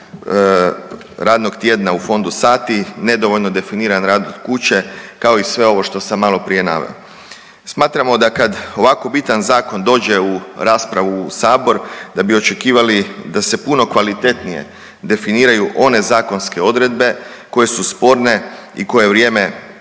radnog tjedna u fondu sati, nedovoljno definiran rad od kuće kao i sve ovo što sam maloprije naveo. Smatramo da kad ovako bitan zakon dođe u raspravu u sabor da bi očekivali da se puno kvalitetnije definiraju one zakonske odredbe koje su sporne i koje vrijeme